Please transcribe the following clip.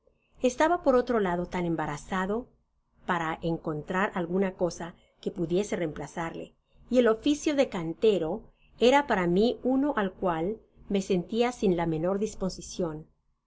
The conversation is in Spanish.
estaba por otro lado tan embarazado para encon trar alguna cosa que pudiese reemplazarle y el oficio de cantero era para mi uno al cual me sentia sin la menor disposicion